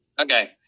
Okay